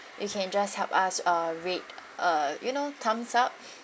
you can just help us uh rate uh you know thumbs up